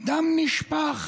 תיזהר, זה ערבי, תיזהר,